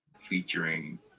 Featuring